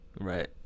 Right